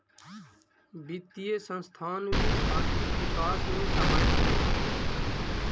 वित्तीय संस्थान भी आर्थिक विकास में सहायक हई